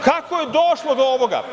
Kako je došlo do ovoga?